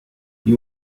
die